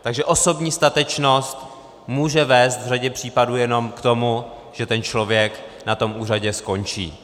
Takže osobní statečnost může vést v řadě případů jenom k tomu, že člověk na tom úřadě skončí.